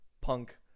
punk